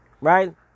Right